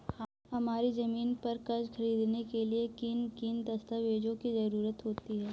हमारी ज़मीन पर कर्ज ख़रीदने के लिए किन किन दस्तावेजों की जरूरत होती है?